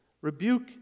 Rebuke